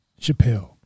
Chappelle